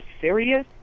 serious